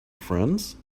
friends